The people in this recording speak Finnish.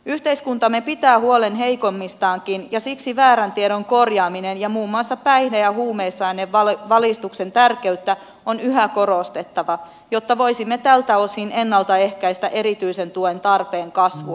yhteiskuntamme pitää huolen heikoimmistaankin ja siksi väärän tiedon korjaamista ja muun muassa päihde ja huumausainevalistuksen tärkeyttä on yhä korostettava jotta voisimme tältä osin ennaltaehkäistä erityisen tuen tarpeen kasvua